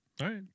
right